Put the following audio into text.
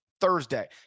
Thursday